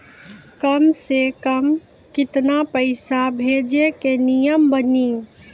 कम से कम केतना पैसा भेजै के नियम बानी?